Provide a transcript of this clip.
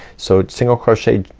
so single crochet,